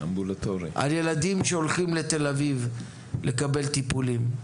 על ילדים שהולכים לתל אביב לקבל טיפולים.